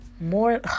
more